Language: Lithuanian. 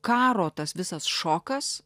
karo tas visas šokas